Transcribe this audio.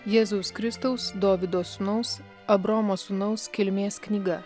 jėzaus kristaus dovydo sūnaus abraomo sūnaus kilmės knyga